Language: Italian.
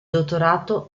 dottorato